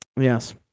yes